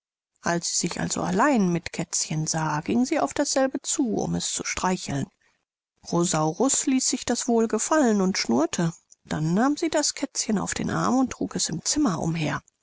als sie sich also allein mit kätzchen sah ging sie auf dasselbe zu um es zu streicheln rosaurus ließ sich das wohl gefallen und schnurrte dann nahm sie das kätzchen auf den arm und trug es im zimmer umher